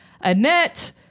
Annette